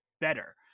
better